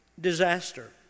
disaster